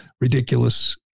ridiculous